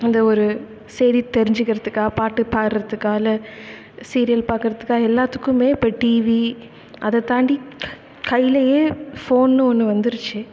அந்த ஒரு செய்தி தெரிஞ்சிக்கிறதுக்கா பாட்டு பாடுறதுக்கா இல்லை சீரியல் பார்க்கறதுக்கா எல்லாத்துக்குமே இப்போ டிவி அதைத் தாண்டி கையிலேயே ஃபோன் ஒன்று வந்துருச்சு